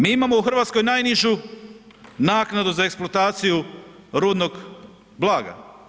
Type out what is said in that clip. Mi imamo u Hrvatskoj najnižu naknadu za eksploataciju rudnog blaga.